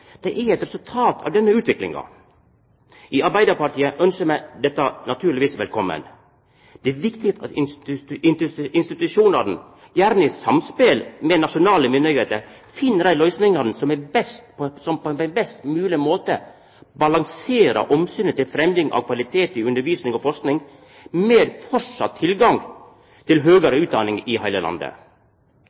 gjennom, er eit resultat av denne utviklinga. I Arbeidarpartiet ønskjer vi naturlegvis dette velkome. Det er viktig at institusjonane, gjerne i samspel med nasjonale myndigheiter, finn dei løysingane som på ein best mogleg måte kan balansera omsynet til fremjing av kvalitet i undervisning og forsking med framleis tilgang til høgare utdanning i heile landet.